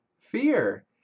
fear